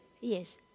Yes